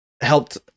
helped